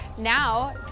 Now